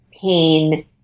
pain